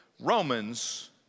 Romans